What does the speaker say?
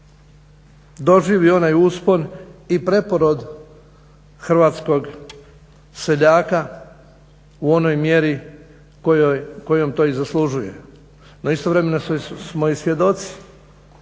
doživi onaj uspon i preporod hrvatskog seljaka u onoj mjeri u kojoj to i zaslužuje. No, istovremeno smo i svjedoci